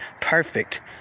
perfect